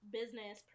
business